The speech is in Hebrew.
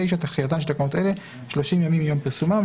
תחילה 9. תחילתן של תקנות אלה 30 ימים מיום פרסומן."